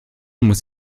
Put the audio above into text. muss